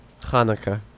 Hanukkah